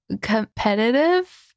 competitive